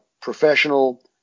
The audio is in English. professional